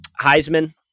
Heisman